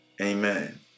Amen